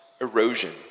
erosion